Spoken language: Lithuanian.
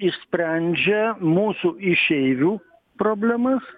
išsprendžia mūsų išeivių problemas